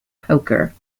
poker